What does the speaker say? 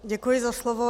Děkuji za slovo.